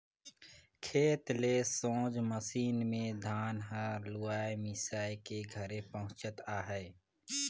खेते ले सोझ मसीन मे धान हर लुवाए मिसाए के घरे पहुचत अहे